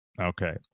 Okay